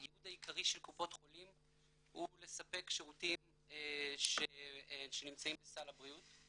הייעוד העיקרי של קופות חולים הוא לספק שירותים שנמצאים בסל הבריאות.